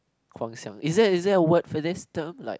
Guang-Xiang is that is that a word for this term like